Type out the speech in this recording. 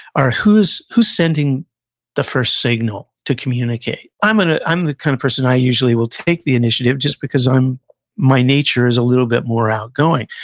are, who's who's sending the first signal to communicate? i'm and i'm the kind of person i usually will take the initiative, just because my nature is a little bit more outgoing.